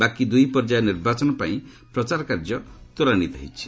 ବାକି ଦୁଇ ପର୍ଯ୍ୟାୟ ନିର୍ବାଚନ ପାଇଁ ପ୍ରଚାର କାର୍ଯ୍ୟ ତ୍ୱରାନ୍ୱିତ ହୋଇଛି